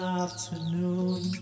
afternoon